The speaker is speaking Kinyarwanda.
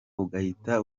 ugahita